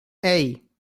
hey